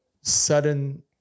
sudden